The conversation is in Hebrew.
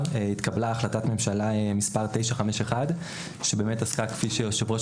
התקבלה החלטת ממשלה מס' 951 שעסקה כפי שיושב-ראש